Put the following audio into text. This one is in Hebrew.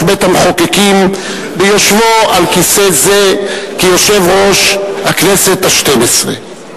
בית-המחוקקים ביושבו על כיסא זה כיושב-ראש הכנסת השתים-עשרה.